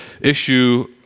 issue